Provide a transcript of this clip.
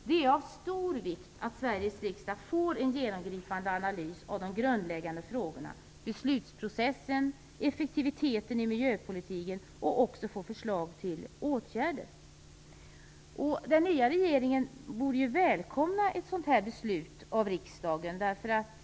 Det är av stor vikt att Sveriges riksdag får en genomgripande analys av de grundläggande frågorna: beslutsprocessen, effektiviteten i miljöpolitiken och förslag till åtgärder. Den nya regeringen borde välkomna ett sådant beslut av riksdagen.